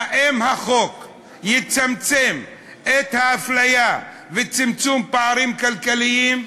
האם החוק יצמצם את האפליה ואת הפערים כלכליים?